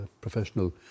professional